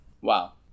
Wow